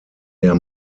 der